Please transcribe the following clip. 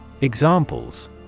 Examples